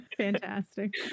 Fantastic